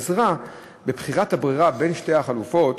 עזרה בבחירת הברירה בין שתי החלופות